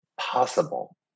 possible